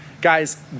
Guys